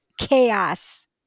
chaos